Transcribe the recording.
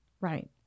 right